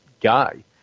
guy